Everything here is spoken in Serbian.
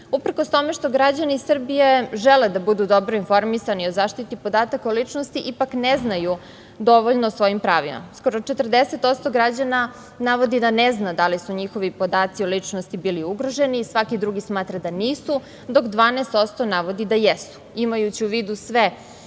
četiri. Uprkos tome što građani Srbije žele da budu dobro informisani o zaštiti podataka o ličnosti, ipak ne znaju dovoljno o svojim pravima. Skoro 40% građana navodi da ne zna da li su njihovi podaci o ličnosti bili ugroženi, svaki drugi smatra da nisu, dok 12% navodi da jesu. Imajući u vidu sve